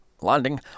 Landing